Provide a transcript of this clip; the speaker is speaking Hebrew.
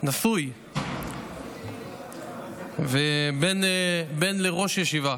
נשוי, ובן לראש ישיבה.